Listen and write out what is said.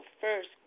first